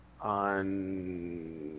On